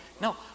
No